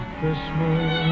Christmas